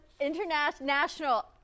international